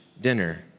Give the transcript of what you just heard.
dinner